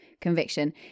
conviction